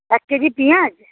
এক কেজি পেঁয়াজ